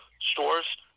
stores